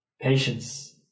Patience